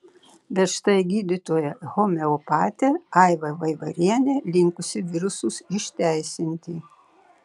bet štai gydytoja homeopatė aiva vaivarienė linkusi virusus išteisinti